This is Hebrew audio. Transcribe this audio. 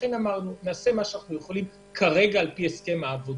אנחנו נעשה מה שאנחנו יכולים על פי הסכם העבודה,